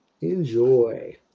Enjoy